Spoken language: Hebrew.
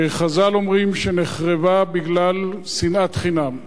שחז"ל אומרים שנחרבה בגלל שנאת חינם,